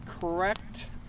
correct